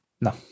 No